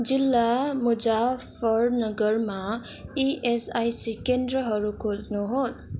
जिल्ला मुजफ्फरनगरमा इएसआइसी केन्द्रहरू खोज्नु होस्